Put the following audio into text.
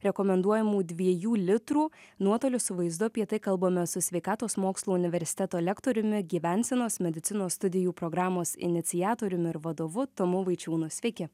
rekomenduojamų dviejų litrų nuotoliu su vaizdu apie tai kalbamės su sveikatos mokslų universiteto lektoriumi gyvensenos medicinos studijų programos iniciatoriumi ir vadovu tomu vaičiūnu sveiki